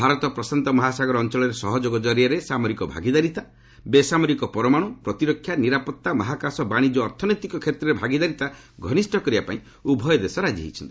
ଭାରତ ପ୍ରଶାନ୍ତ ମହାସାଗର ଅଞ୍ଚଳରେ ସହଯୋଗ ଜରିଆରେ ସାମରିକ ଭାଗିଦାରିତା ବେସାମରିକ ପରମାଣୁ ପ୍ରତିରକ୍ଷା ନିରାପତ୍ତା ମହାକାଶ ବାଣିଜ୍ୟ ଓ ଅର୍ଥନୈତିକ କ୍ଷେତ୍ୱରେ ଭାଗିଦାରିତା ଘନିଷ୍ଠ କରିବା ପାଇଁ ଉଭୟ ଦେଶ ରାଜି ହୋଇଛନ୍ତି